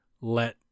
let